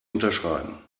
unterschreiben